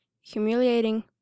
humiliating